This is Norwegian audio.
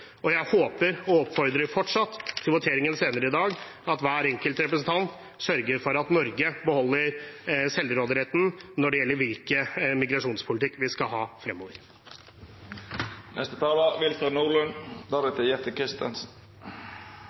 Jeg håper og oppfordrer fortsatt til at hver enkelt representant ved voteringen senere i dag sørger for at Norge beholder selvråderetten når det gjelder hva slags migrasjonspolitikk vi skal ha fremover.